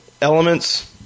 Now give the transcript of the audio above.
elements